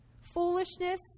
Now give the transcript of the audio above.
Foolishness